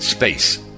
Space